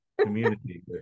community